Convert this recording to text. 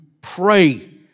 pray